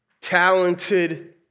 talented